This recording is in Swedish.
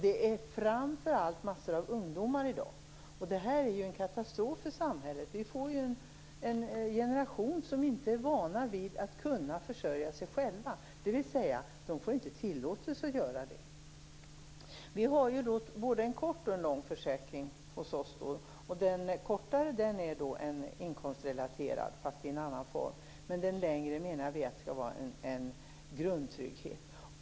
Det gäller framför allt många ungdomar. Detta är en katastrof för samhället. Det blir en generation som inte är van vid att kunna försörja sig själv eller som inte tillåts att göra det. Vi förordar både en kort och en lång försäkring. Den kortare är inkomstrelaterad, men i en annan form, medan den längre skall utgöra en grundtrygghet.